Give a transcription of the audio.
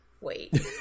Wait